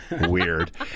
weird